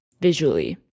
visually